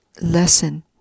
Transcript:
lesson